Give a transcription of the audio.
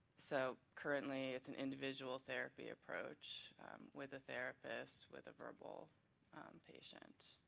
so currently it's an individual therapy approach with a therapist, with a verbal patient.